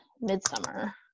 midsummer